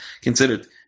considered